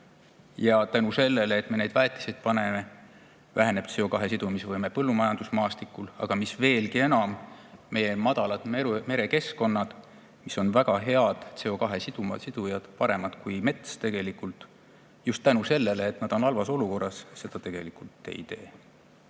Ja tänu sellele, et me neid väetisi paneme, väheneb CO2sidumise võime põllumajandusmaastikul. Aga mis veelgi hullem, meie madalad merekeskkonnad, mis on väga head CO2sidujad, tegelikult paremad kui mets, just selle tõttu, et nad on halvas olukorras, seda tegelikult ei tee.